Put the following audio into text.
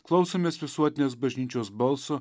klausomės visuotinės bažnyčios balso